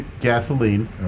gasoline